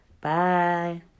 Bye